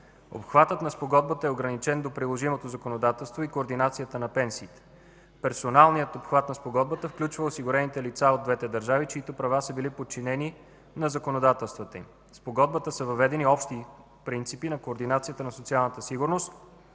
Обхватът на Спогодбата е ограничен до приложимото законодателство и координацията на пенсиите. Персоналният обхват на Спогодбата включва осигурените лица от двете държави, чиито права са били подчинени на законодателствата им. В Спогодбата са въведени общи принципи на координацията на социалната сигурност